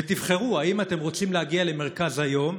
ותבחרו אם אתם רוצים להגיע למרכז היום,